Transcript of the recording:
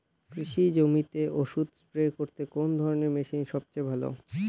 কৃষি জমিতে ওষুধ স্প্রে করতে কোন ধরণের মেশিন সবচেয়ে ভালো?